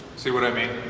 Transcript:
see what i mean?